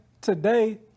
today